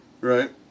right